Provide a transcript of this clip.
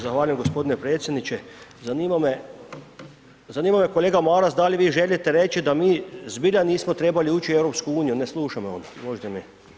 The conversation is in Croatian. Zahvaljujem gospodine predsjedniče, zanima me, kolega Maras, da li vi želite reći, da mi, zbilja nismo trebali ući u EU, ne sluša me on, možda ne.